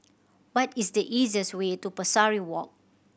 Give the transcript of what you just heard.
what is the easiest way to Pesari Walk